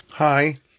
Hi